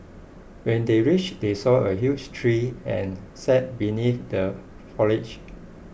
when they reach they saw a huge tree and sat beneath the foliage